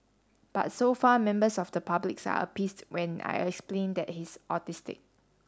but so far members of the public are appeased when I explain that he's autistic